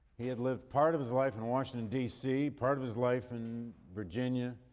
he had lived part of his life in washington, dc, part of his life in virginia,